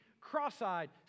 cross-eyed